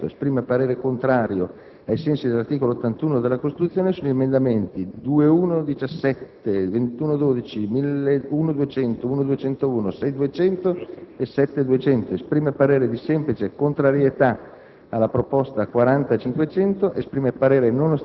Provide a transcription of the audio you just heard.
per quanto di competenza, parere non ostativo sul testo. Esprime parere contrario ai sensi dell'articolo 81 della Costituzione sugli emendamenti 21.17, 21.12, 1.200, 1.201, 6.200 e 7.200. Esprime parere di semplice contrarietà